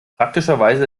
praktischerweise